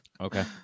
Okay